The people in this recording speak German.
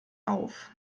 auf